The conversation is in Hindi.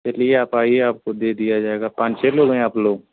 चलिए आप आइए आपको दे दिया जाएगा पाँच छः लोग हें आप लोग